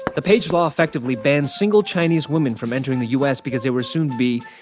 the page law effectively banned single chinese women from entering the u s. because they were assumed to be,